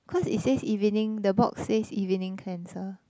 cause it says evening the box says evening cleanser